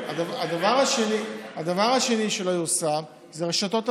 הדבר השני שלא יושם זה רשתות המגן.